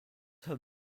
have